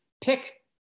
pick